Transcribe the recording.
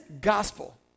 gospel